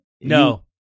no